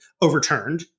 overturned